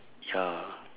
ya